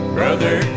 Brother